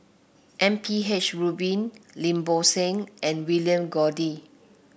M P H Rubin Lim Bo Seng and William Goode